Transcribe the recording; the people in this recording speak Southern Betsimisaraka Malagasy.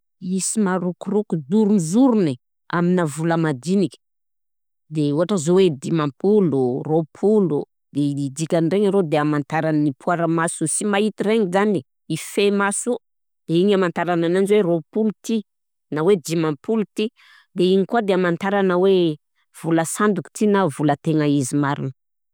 Misy marokoroko zorony zorony amina vola madiniky, de ôhatra zao hoe dimampolo, roapolo, de i dikan'regny arô de amantaran'ny poara maso, sy mahita regny zany e, i fe maso io, de igny amantarany ananjy hoe roapolo ty na hoe dimampolo ty, de igny koà de amantarana hoe vola sandoka ty na vola tegna izy marina.